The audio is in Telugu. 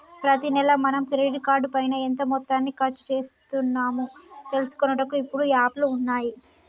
ప్రతి నెల మనం క్రెడిట్ కార్డు పైన ఎంత మొత్తాన్ని ఖర్చు చేస్తున్నాము తెలుసుకొనుటకు ఇప్పుడు యాప్లు ఉన్నాయి